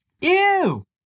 Ew